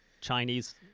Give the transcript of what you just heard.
Chinese